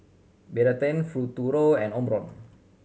Betadine Futuro and Omron